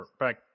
back